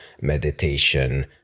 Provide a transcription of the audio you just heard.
meditation